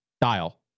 dial